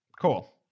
Cool